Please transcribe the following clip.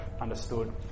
understood